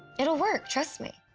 it'll work. trust me.